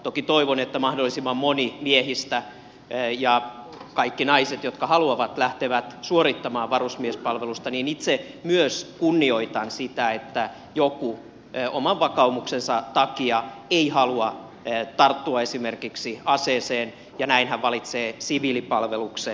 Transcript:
toki toivon että mahdollisimman moni miehistä ja kaikki naiset jotka haluavat lähtevät suorittamaan varusmiespalvelusta mutta itse myös kunnioitan sitä että joku oman vakaumuksensa takia ei halua tarttua esimerkiksi aseeseen ja näin hän valitsee siviilipalveluksen